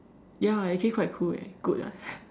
ya actually quite cool eh good lah